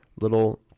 little